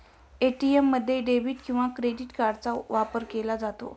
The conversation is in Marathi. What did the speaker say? ए.टी.एम मध्ये डेबिट किंवा क्रेडिट कार्डचा वापर केला जातो